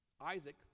isaac